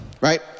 right